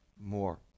more